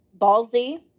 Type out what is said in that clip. ballsy